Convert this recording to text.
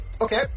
okay